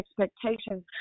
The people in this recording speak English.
expectations